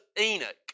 Enoch